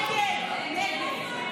56 בעד, 50 נגד.